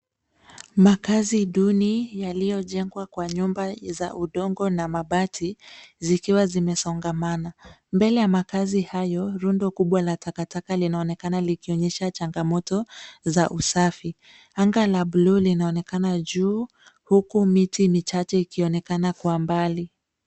Makaazi duni yaliyojengwa kwa nyumba za udongo na mabati zikiwa zimesongamana. Mbele ya makaazi hayo, rundo kubwa la takataka linaonekana likionyesha changamoto za usafi. Anga la buluu linaonekana juu huku miti michache ikionekana kwa mbali.